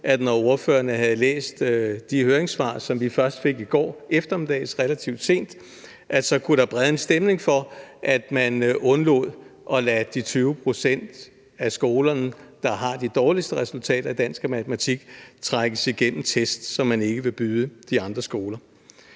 at når ordførerne havde læst de høringssvar, som vi først fik i går eftermiddags, relativt sent, så kunne der brede sig en stemning for, at man undlod at trække de 20 pct. af skolerne, der har de dårligste resultater i dansk og matematik, igennem test, som man ikke vil byde de andre skoler.